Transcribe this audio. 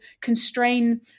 constrain